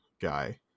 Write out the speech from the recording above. guy